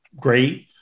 great